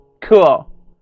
cool